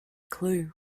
clue